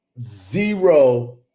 zero